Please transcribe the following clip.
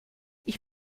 ich